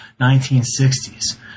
1960s